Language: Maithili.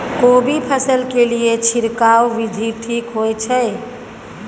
कोबी फसल के लिए छिरकाव विधी ठीक होय छै?